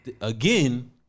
Again